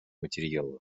материала